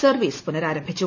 service പുനഃരാംരംഭിച്ചു